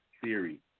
theory